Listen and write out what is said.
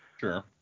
Sure